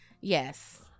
Yes